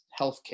healthcare